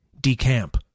decamp